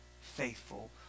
faithful